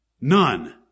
None